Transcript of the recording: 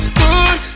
good